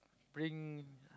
bring